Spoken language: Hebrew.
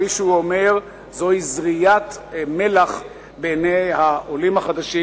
כפי שהוא אומר: זוהי זריית מלח בעיני העולים החדשים,